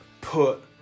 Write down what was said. put